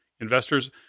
investors